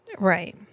Right